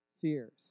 fears